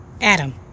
Adam